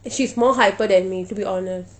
and she's more hyper than me to be honest